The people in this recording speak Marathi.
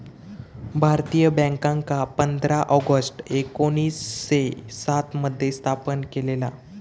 भारतीय बॅन्कांका पंधरा ऑगस्ट एकोणीसशे सात मध्ये स्थापन केलेला